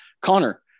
connor